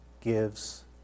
gives